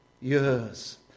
years